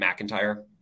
McIntyre